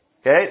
Okay